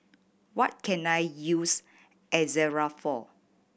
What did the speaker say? what can I use Ezerra for